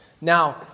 Now